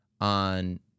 on